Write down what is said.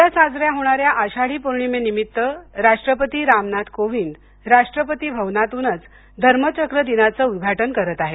उद्या साजऱ्या होणाऱ्या आषाढी पौर्णिमेनिमित्त राष्ट्रपती रामनाथ कोविद राष्ट्रपती भवनातूनच धर्म चक्र दिनाचं उद्वाटन करणार आहेत